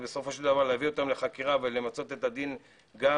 ובסופו של דבר להביא אותם לחקירה ולמצות את הדין גם